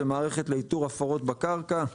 זו מערכת לאיתור הפרות בקרקע.